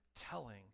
telling